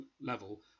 level